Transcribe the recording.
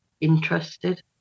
interested